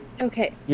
okay